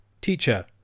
Teacher